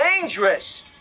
dangerous